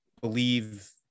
believe